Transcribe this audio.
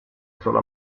solo